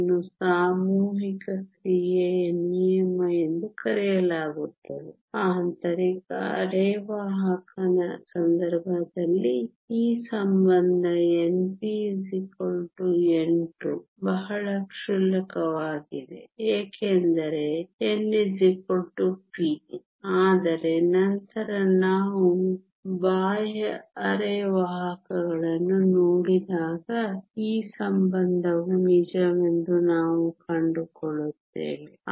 ಇದನ್ನು ಸಾಮೂಹಿಕ ಕ್ರಿಯೆಯ ನಿಯಮ ಎಂದು ಕರೆಯಲಾಗುತ್ತದೆ ಆಂತರಿಕ ಅರೆವಾಹಕನ ಸಂದರ್ಭದಲ್ಲಿ ಈ ಸಂಬಂಧ n p n2 ಬಹಳ ಕ್ಷುಲ್ಲಕವಾಗಿದೆ ಏಕೆಂದರೆ n p ಆದರೆ ನಂತರ ನಾವು ಬಾಹ್ಯ ಅರೆವಾಹಕಗಳನ್ನು ನೋಡಿದಾಗ ಈ ಸಂಬಂಧವು ನಿಜವೆಂದು ನಾವು ಕಂಡುಕೊಳ್ಳುತ್ತೇವೆ